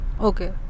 Okay